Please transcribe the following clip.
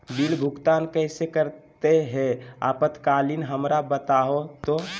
Bill भुगतान कैसे करते हैं आपातकालीन हमरा बताओ तो?